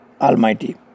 Almighty